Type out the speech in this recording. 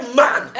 man